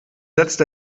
setzt